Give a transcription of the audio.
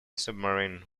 submarine